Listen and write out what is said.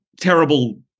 terrible